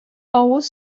авыз